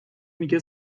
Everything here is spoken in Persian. میگه